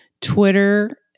Twitter